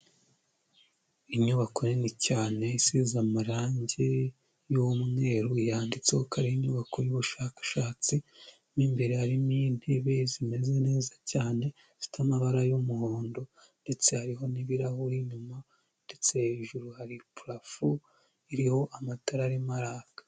Inyubako nini cyane isize amarangi y'umweru yanditseho ko ari inyubako y'ubushakashatsi, mu imbere harimo intebe zimeze neza cyane zifite amabara y'umuhondo ndetse hariho n'ibirahuri inyuma ndetse hejuru hari purafo iriho amatara arimo araka.